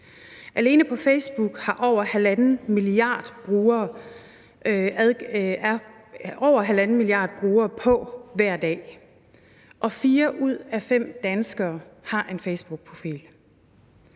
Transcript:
Alene Facebook er over halvanden milliard brugere på hver dag, og fire ud af fem danskere har en facebookprofil.